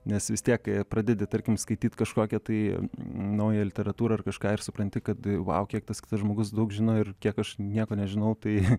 nes vis tiek kai pradedi tarkim skaityt kažkokią tai naują literatūrą ar kažką ir supranti kad laukia tas kitas žmogus daug žino ir kiek aš nieko nežinau tai